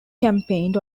campaigned